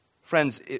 Friends